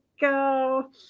go